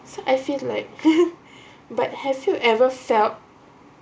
so I feel like but have you ever felt